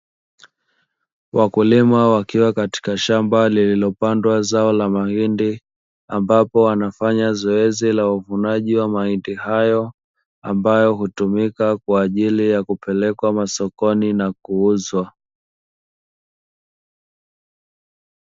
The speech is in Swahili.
Wakulima wakiwa katika shamba lililopandwa zao la mahindi ambapo wanafanya zoezi la uvunaji wa mahindi hayo ambayo hutumika kwa ajili ya kupelekwa masokoni na kuuzwa.